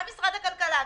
גם משרד הכלכלה,